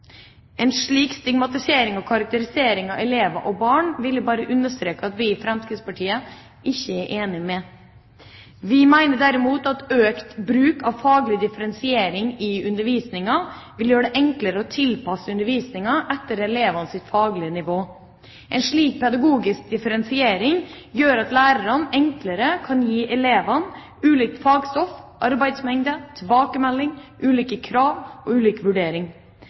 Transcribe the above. En slik stigmatisering og karakterisering av elever og barn vil jeg bare understreke at vi i Fremskrittspartiet ikke er enig i. Vi mener derimot at økt bruk av faglig differensiering i undervisninga vil gjøre det enklere å tilpasse undervisninga etter elevenes faglige nivå. En slik pedagogisk differensiering gjør at lærerne enklere kan gi elevene ulikt fagstoff, ulik arbeidsmengde, tilbakemelding, ulike krav og ulik vurdering.